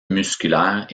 musculaire